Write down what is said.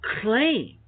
claim